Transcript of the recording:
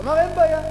אמר: אין בעיה.